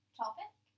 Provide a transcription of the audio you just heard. topic